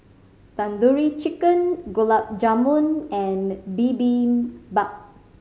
Tandoori Chicken Gulab Jamun and Bibimbap